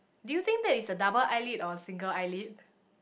do you think that it's a double eyelid or a single eyelid